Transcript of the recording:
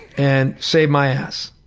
and saved my ass.